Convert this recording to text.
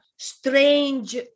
strange